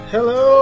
Hello